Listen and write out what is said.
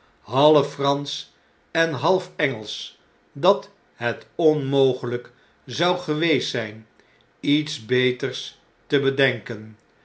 half fransch en half engelsch dat het onmogeljjk zou geweest zjjn iets beters te bedenken